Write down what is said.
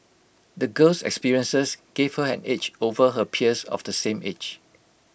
the girl's experiences gave her an edge over her peers of the same age